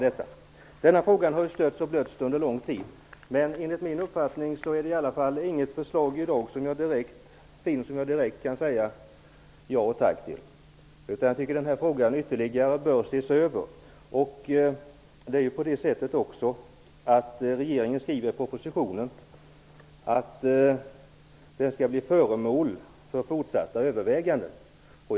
Denna fråga har stötts och blötts under lång tid, men enligt min uppfattning finns i dag inget förslag som jag direkt kan säga ja och tack till. Jag tycker att frågan bör ses över ytterligare. Regeringen skriver också i propositionen att frågan skall bli föremål för fortsatta överväganden.